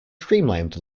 streamlined